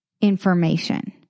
information